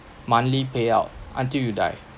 monthly payout until you die